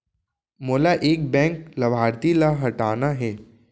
मोला एक बैंक लाभार्थी ल हटाना हे?